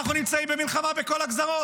אנחנו נמצאים במלחמת חובה.